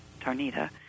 Tarnita